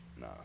nah